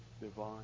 divine